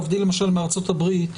להבדיל למשל מארצות הברית,